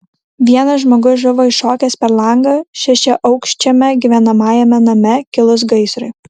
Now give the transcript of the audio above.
vienas žmogus žuvo iššokęs per langą šešiaaukščiame gyvenamajame name kilus gaisrui